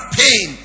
pain